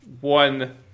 one